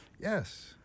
Yes